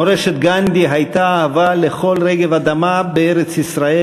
מורשת גנדי הייתה אהבה לכל רגב אדמה בארץ-ישראל